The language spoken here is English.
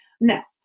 Now